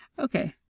Okay